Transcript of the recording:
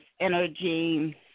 energy